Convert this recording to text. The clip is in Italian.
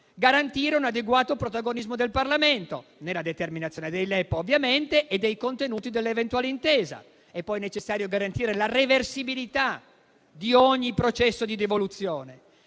garantire un adeguato protagonismo del Parlamento nella determinazione dei LEP e dei contenuti dell'eventuale intesa. È poi necessario garantire la reversibilità di ogni processo di devoluzione